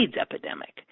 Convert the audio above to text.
epidemic